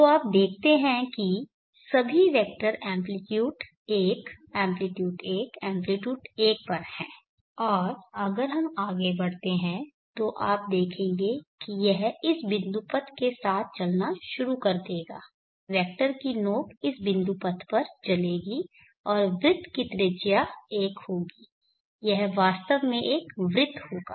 तो आप देखते हैं कि सभी वेक्टर एम्प्लीट्यूड 1 एम्प्लीट्यूड 1 एम्प्लीट्यूड 1 पर हैं और अगर हम आगे बढ़ते हैं तो आप देखेंगे कि यह इस बिन्दुपथ के साथ चलना शुरू कर देगा वेक्टर की नोंक इस बिन्दुपथ पर चलेगी और वृत्त की त्रिज्या 1 होगी यह वास्तव में एक वृत्त होगा